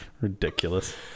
Ridiculous